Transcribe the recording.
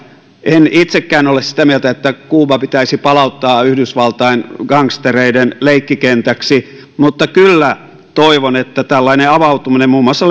en itsekään ole sitä mieltä että kuuba pitäisi palauttaa yhdysvaltain gangstereiden leikkikentäksi mutta kyllä toivon että tällainen avautuminen muun muassa